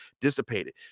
dissipated